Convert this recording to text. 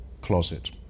closet